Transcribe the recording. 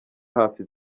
hafi